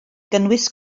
gynnwys